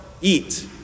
eat